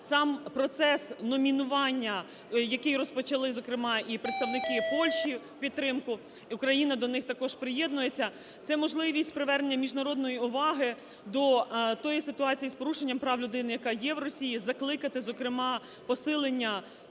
сам процес номінування, який розпочали зокрема і представники Польщі в підтримку, Україна також до них приєднується, - це можливість привернення міжнародної уваги до тієї ситуації з порушенням прав людини, яка є в Росії. Закликати, зокрема, посилення